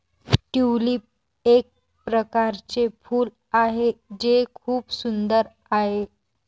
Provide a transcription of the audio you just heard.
tulip एक प्रकारचे फूल आहे जे खूप सुंदर आहे